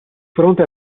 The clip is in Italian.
fronte